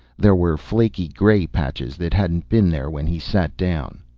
there were flaky gray patches that hadn't been there when he sat down.